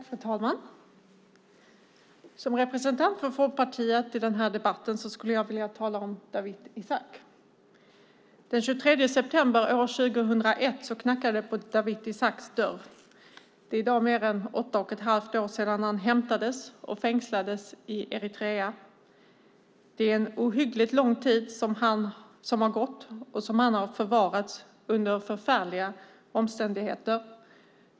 Fru talman! Som representant för Folkpartiet i denna debatt skulle jag vilja tala om Dawit Isaak. Den 23 september 2001 knackade det på Dawit Isaaks dörr. Det är i dag mer än åtta och ett halvt år sedan han hämtades och fängslades i Eritrea. Det är en ohyggligt lång tid som har gått och då han har förvarats under förfärliga omständigheter.